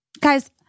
Guys